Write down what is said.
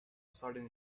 sudden